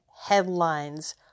headlines